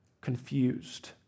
confused